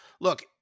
Look